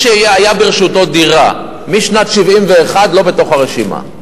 מי שהיתה ברשותו דירה משנת 1971, לא בתוך הרשימה.